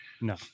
no